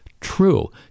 True